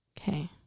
Okay